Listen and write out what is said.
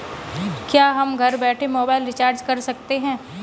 क्या हम घर बैठे मोबाइल रिचार्ज कर सकते हैं?